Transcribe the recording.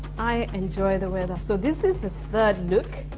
i enjoy the weather. so this is the third look.